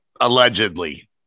Allegedly